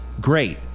Great